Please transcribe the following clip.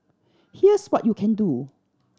here's what you can do